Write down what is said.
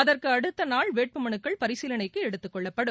அதற்கு அடுத்த நாள் வேட்புமனுக்கள் பரிசீலனைக்கு எடுத்துக் கொள்ளப்படும்